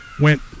went